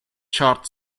chart